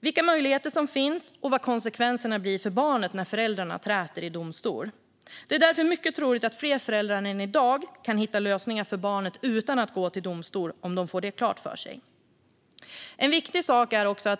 vilka möjligheter som finns och om vad konsekvenserna blir för barnet när föräldrarna träter i domstol. Det är därför mycket troligt att fler föräldrar än i dag kan hitta lösningar för barnet utan att gå till domstol om de får detta klart för sig.